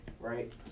Right